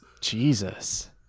Jesus